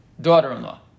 daughter-in-law